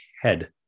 head